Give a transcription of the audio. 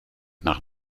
nach